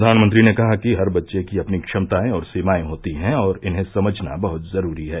प्रधानमंत्री ने कहा कि हर बच्चे की अपनी क्षमताएं और सीमाएं होती हैं और इन्हें समझना बहत जरूरी है